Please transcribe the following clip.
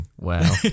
Wow